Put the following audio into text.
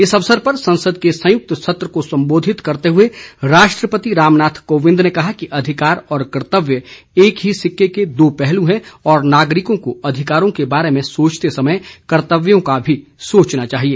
इस अवसर पर संसद के संयुक्त सत्र को संबोधित करते हुए राष्ट्रपति रामनाथ कोविंद ने कहा कि अधिकार और कर्त्तव्य एक ही सिक्के के दो पहलू हैं और नागरिकों को अधिकारों के बारे में सोचते समय कर्तव्यों का भी सोचना चाहिए